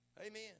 Amen